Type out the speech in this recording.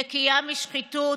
נקייה משחיתות,